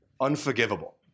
Unforgivable